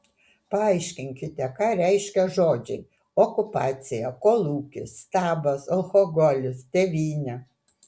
paaiškinkite ką reiškia žodžiai okupacija kolūkis stabas alkoholis tėvynė